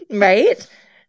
right